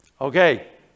okay